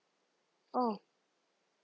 oh